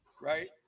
right